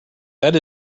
that